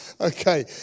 Okay